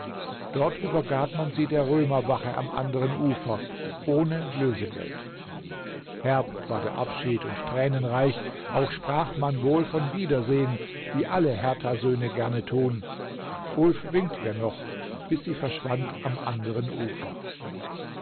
ort übergab man fie ber stömer mache am anberen ufer ohne söfegelb herb war ber slbfcfjieb unb tränenreich auch fpradfj man wobl non sbieberfehen wie aße ijertaföfjne gerne tun ulf winft ifjr noch bis fie nerfdbwanb am anberen ufer